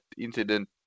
incident